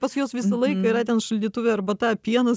pas juos visą laiką yra ten šaldytuve arbata pienas